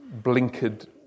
blinkered